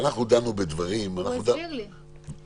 הוא הסביר לי.